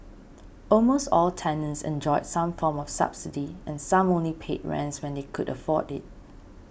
almost all tenants enjoyed some form of subsidy and some only paid rents when they could afford it